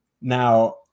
now